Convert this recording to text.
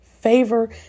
Favor